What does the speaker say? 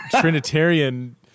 Trinitarian